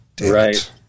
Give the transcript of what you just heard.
Right